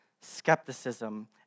skepticism